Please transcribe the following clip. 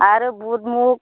आरो बुथ मुग